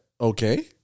okay